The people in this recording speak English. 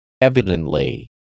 Evidently